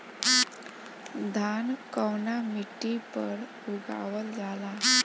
धान कवना मिट्टी पर उगावल जाला?